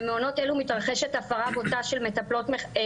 במעונות אלו מתרחשת הפרה בוטה של תנאי